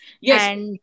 Yes